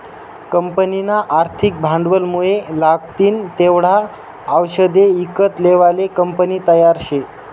कंपनीना आर्थिक भांडवलमुये लागतीन तेवढा आवषदे ईकत लेवाले कंपनी तयार शे